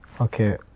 Okay